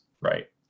right